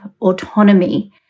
autonomy